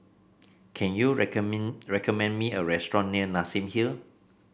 can you recommend me a restaurant near Nassim Hill